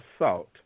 assault